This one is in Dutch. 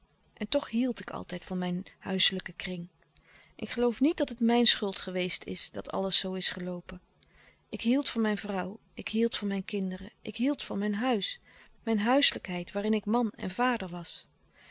en toch hield ik altijd veel van mijn huiselijken kring ik geloof niet dat het mijn schuld geweest is dat alles zoo is geloopen ik hield van mijn vrouw ik hield van mijn kinderen ik hield van mijn huis mijn huiselijkheid waarin ik man en vader was